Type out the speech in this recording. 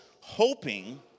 hoping